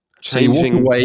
changing